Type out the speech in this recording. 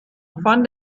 von